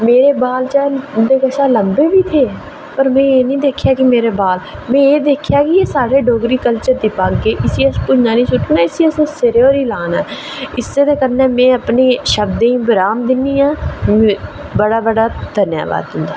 मेरे बाल उं'दे कोला लंबे बी हे पर में एह् निं दिक्खेआ कि मेरे बाल ते में आखेआ कि एह् साढ़े डोगरी कल्चर दे बाल में इ'नें गी भुञां निं सु'ट्टना में इ'नें गी सिर पर गै लाना ते इस कन्नै गै में अपने शब्दें गी विराम दिन्नी आं बड़ा बड़ा धन्नबाद तुंदा